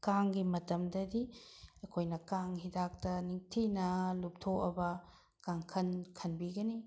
ꯀꯥꯡꯒꯤ ꯃꯇꯝꯗꯗꯤ ꯑꯩꯈꯣꯏꯅ ꯀꯥꯡ ꯍꯤꯗꯥꯛꯇ ꯅꯤꯡꯊꯤꯅ ꯂꯨꯞꯊꯣꯛꯑꯕ ꯀꯥꯡꯈꯟ ꯈꯟꯕꯤꯒꯅꯤ